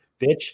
bitch